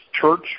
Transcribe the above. church